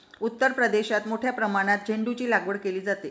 उत्तर प्रदेशात मोठ्या प्रमाणात झेंडूचीलागवड केली जाते